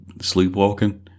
sleepwalking